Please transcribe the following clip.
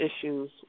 issues